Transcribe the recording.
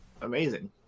amazing